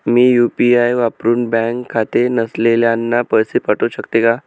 मी UPI वापरुन bank खाते नसलेल्यांना पैसे पाठवू शकते का?